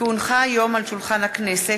כי הונחו היום על שולחן הכנסת,